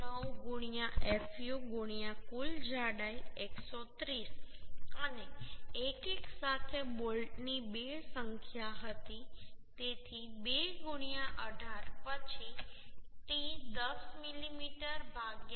9 fu કુલ જાડાઈ 130 અને 1 1 સાથે બોલ્ટની 2 સંખ્યા હતી તેથી 2 18 પછી t 10 મીમી 1